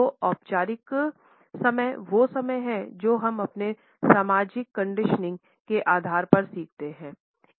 तो औपचारिक समय वो समय है जो हम अपने सामाजिक कंडीशनिंग के आधार पर सीखते हैं